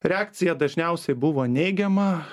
reakcija dažniausiai buvo neigiama